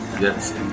Yes